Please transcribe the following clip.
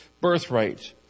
birthright